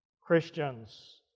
Christians